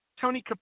Tony